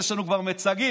יש לנו כבר מיצגים.